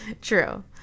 True